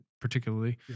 particularly